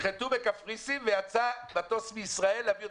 תנחתו בקפריסין, ויצא מטוס מישראל להביא אותם.